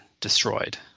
destroyed